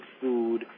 food